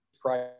price